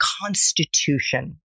Constitution